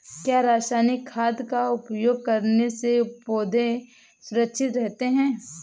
क्या रसायनिक खाद का उपयोग करने से पौधे सुरक्षित रहते हैं?